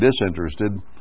disinterested